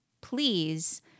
please –